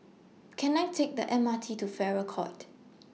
Can I Take The M R T to Farrer Court